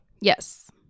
Yes